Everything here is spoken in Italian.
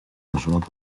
nessuna